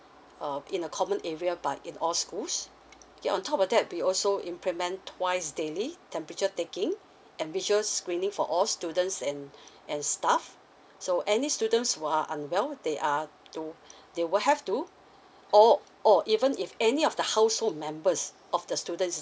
uh in a common area by in all schools ya on top of that we also implement twice daily temperature taking and visual screening for all students and and staff so any students who are unwell they are to they will have to or or even if any of the household members of the students is